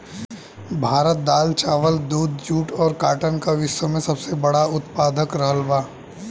भारत दाल चावल दूध जूट और काटन का विश्व में सबसे बड़ा उतपादक रहल बा